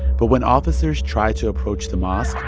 but when officers tried to approach the mosque.